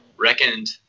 reckoned